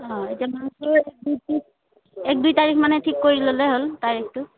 অঁ এতিয়া এক দুই এক দুই তাৰিখ মানে ঠিক কৰি ল'লে হ'ল তাৰিখটো